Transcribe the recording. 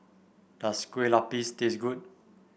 does Kueh Lupis taste good